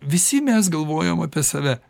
visi mes galvojom apie save